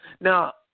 Now